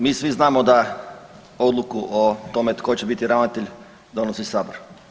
Mi svi znamo da odluku o tome tko će biti ravnatelj donosi Sabor.